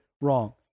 wrong